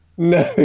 No